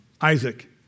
Isaac